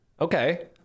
Okay